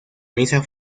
misa